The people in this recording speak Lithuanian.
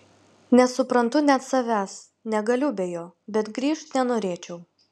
nesuprantu net savęs negaliu be jo bet grįžt nenorėčiau